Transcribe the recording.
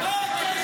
מה הקשר?